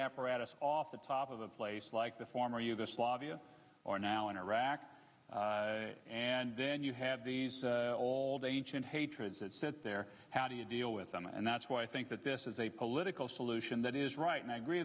apparatus off the top of a place like the former yugoslavia or now in iraq and then you have all the ancient hatreds that set there how do you deal with them and that's why i think that this is a political solution that is right and i agree